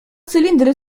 cylindry